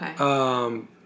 Okay